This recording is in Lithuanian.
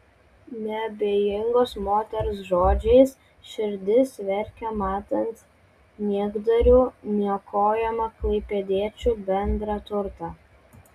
neabejingos moters žodžiais širdis verkia matant niekdarių niokojamą klaipėdiečių bendrą turtą